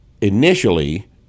initially